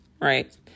Right